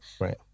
right